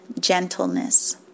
gentleness